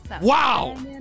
wow